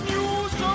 News